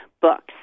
Books